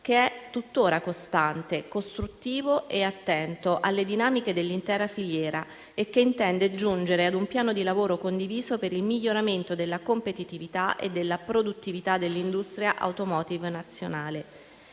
che è tuttora costante, costruttivo e attento alle dinamiche dell'intera filiera e che intende giungere ad un piano di lavoro condiviso, per il miglioramento della competitività e della produttività dell'industria *automotive* nazionale.